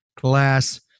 Glass